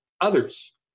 others